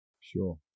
Sure